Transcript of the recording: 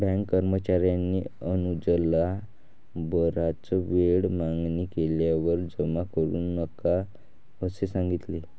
bank कर्मचार्याने अनुजला बराच वेळ मागणी केल्यावर जमा करू नका असे सांगितले